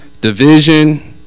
division